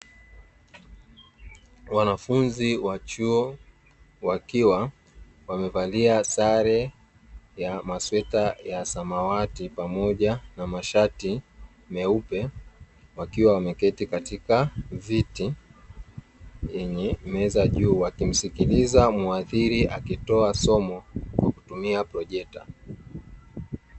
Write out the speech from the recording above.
Wanafunzi wa chuo wakiwa wamevalia sare ya masweta ya samawati pamoja na mashati meupe, wakiwa wameketi katika viti yenye meza juu wakimsikiliza mwadhiri akitoa somo kwa kutumia projekta.